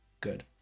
good